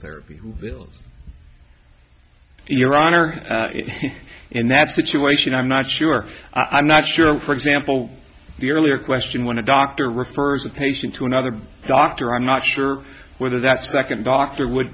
therapy who builds your honor and that situation i'm not sure i'm not sure for example the earlier question when a doctor refers a patient to another doctor i'm not sure whether that second doctor would